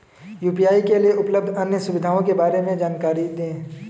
UPI के लिए उपलब्ध अन्य सुविधाओं के बारे में जानकारी दें?